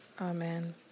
Amen